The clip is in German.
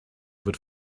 wird